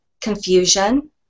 confusion